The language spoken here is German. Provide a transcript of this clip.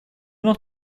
noch